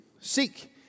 Seek